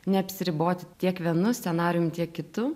neapsiriboti tiek vienu scenarijum tiek kitu